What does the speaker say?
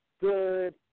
good